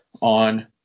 on